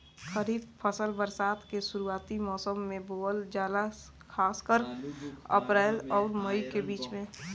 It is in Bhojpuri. खरीफ फसल बरसात के शुरूआती मौसम में बोवल जाला खासकर अप्रैल आउर मई के बीच में